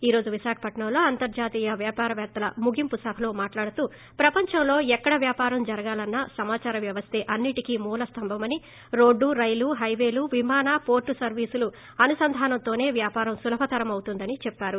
ఈ రోజు విశాఖపట్న ంలో అంతర్జాత్య వ్యాపారపేత్తల ముగింపు సభలో మాట్లాడుతూ ప్రపంచంలో ఎక్కడ వ్యాపారం జరగాలన్నా సమాదార వ్యవస్తే అన్నిటికీ మూల స్తంభమని రోడ్లు రైలు హైపేలు విమాన పోర్ట్ సర్వీసుల అనుసందానంతోసే వ్యాపారం సులభతరమవుతుందని చెప్పారు